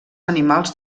animals